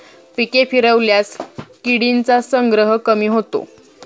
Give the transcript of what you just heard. पिके फिरवल्यास किडींचा संग्रह कमी होतो